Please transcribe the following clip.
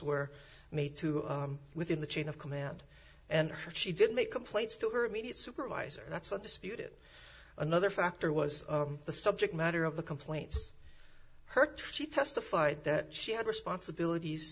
were made to within the chain of command and her she did make complaints to her immediate supervisor that's not disputed another factor was the subject matter of the complaints hurt she testified that she had responsibilities